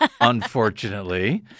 unfortunately